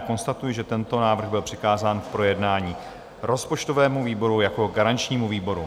Konstatuji, že tento návrh byl přikázán k projednání rozpočtovému výboru jako garančnímu výboru.